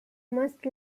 most